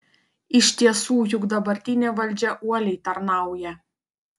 iš tiesų juk dabartinė valdžia uoliai tarnauja